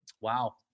Wow